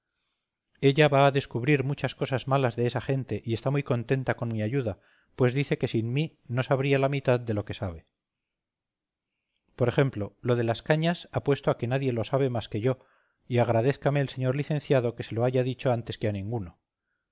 ella va a descubrir muchas cosas malas de esa gente y está muy contenta con mi ayuda pues dice que sin mí no sabría la mitad de lo que sabe por ejemplo lo de las cañas apuesto a que nadie lo sabe más que yo y agradézcame el señor licenciado que se lo haya dicho antes que a ninguno